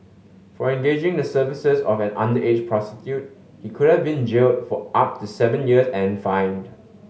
for engaging the services of an underage prostitute he could have been jailed for up to seven years and fined